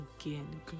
again